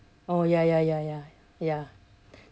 oh ya ya ya ya ya